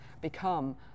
become